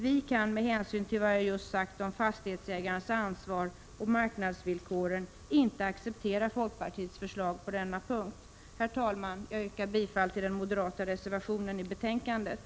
Vi kan med hänsyn till vad jag just sagt om fastighetsägarens ansvar och marknadens villkor inte acceptera folkpartiets förslag på denna punkt. Herr talman! Jag yrkar bifall till den moderata reservationen i betänkandet.